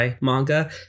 manga